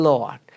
Lord